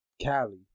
Cali